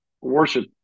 worship